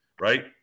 right